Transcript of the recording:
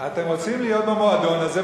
אתם רוצים להיות במועדון הזה,